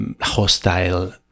hostile